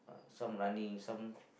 some running some